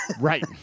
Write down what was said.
Right